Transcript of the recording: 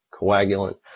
coagulant